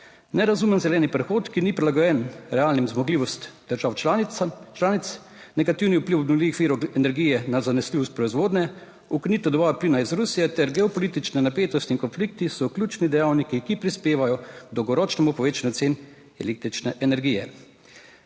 Nerazumen zeleni prehod, ki ni prilagojen realnim zmogljivosti držav članic, negativni vpliv obnovljivih virov energije na zanesljivost proizvodnje, ukinitev dobave plina iz Rusije ter geopolitične napetosti in konflikti so ključni dejavniki, ki prispevajo k dolgoročnemu povečanju cen električne energije.